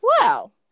wow